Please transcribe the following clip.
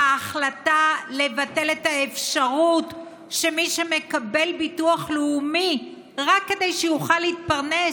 ההחלטה לבטל את האפשרות שמי שמקבל ביטוח לאומי רק כדי שיוכל להתפרנס,